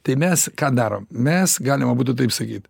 tai mes ką darom mes galima būtų taip sakyt